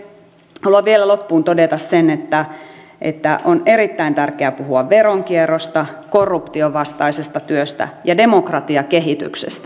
haluan vielä loppuun todeta sen että on erittäin tärkeää puhua veronkierrosta korruption vastaisesta työstä ja demokratiakehityksestä